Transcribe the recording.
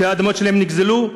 שהאדמות שלהם נגזלו?